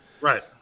Right